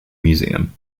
museum